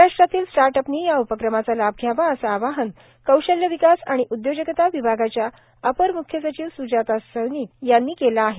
महाराष्ट्रातील स्टार्टअपनी या उपक्रमाचा लाभ घ्यावा असं आवाहन कौशल्य विकास आणि उदयोजकता विभागाच्या अपर म्ख्य सचिव स्जाता सौनिक यांनी केलं आहे